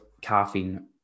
caffeine